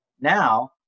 Now